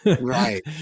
right